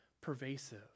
pervasive